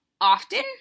often